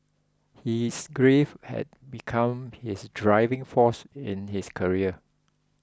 his grief had become his driving force in his career